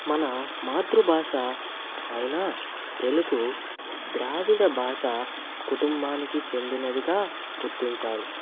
మన మాతృభాష అయినా తెలుగు ద్రావిడ భాష కుటుంబానికి చెందినదిగా గుర్తించారు